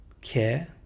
care